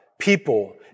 people